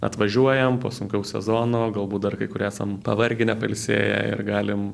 atvažiuojam po sunkaus sezono galbūt dar kai kur esam pavargę nepailsėję ir galim